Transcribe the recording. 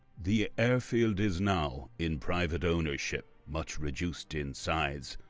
the airfield is now in private ownership, much reduced in size,